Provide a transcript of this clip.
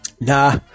nah